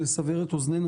לסבר את אוזנינו,